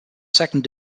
second